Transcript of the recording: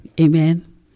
Amen